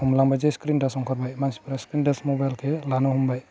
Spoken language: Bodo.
होमब्ला मोनसे स्क्रिन टाच ओंखारबाय मानसिफ्रा स्क्रिन टाच मबाइलखौ लानो हमबाय